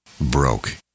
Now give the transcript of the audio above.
broke